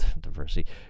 diversity